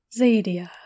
Zadia